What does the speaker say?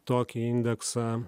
tokį indeksą